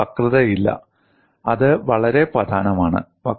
അവിടെ വക്രതയില്ല അത് വളരെ പ്രധാനമാണ്